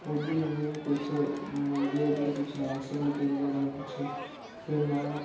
ओह्दी उ'नें कुछ उं'दे उप्पर ना एक्शन लैता जन्दा ना कुछ फिर ना